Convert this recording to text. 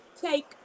take